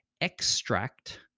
extract